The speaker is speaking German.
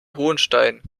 hohenstein